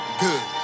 good